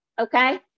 Okay